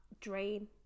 drain